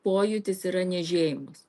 pojūtis yra niežėjimas